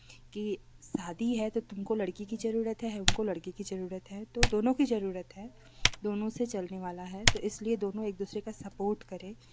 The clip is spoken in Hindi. की शादी है तो तुमको लड़की की ज़रूरत है उनको लड़के की ज़रूरत है तो दोनों की ज़रूरत है दोनों से चलने वाला है तो इसलिए दोनों एक दूसरे का सपोर्ट करें